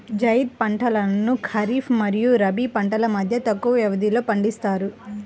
జైద్ పంటలను ఖరీఫ్ మరియు రబీ పంటల మధ్య తక్కువ వ్యవధిలో పండిస్తారు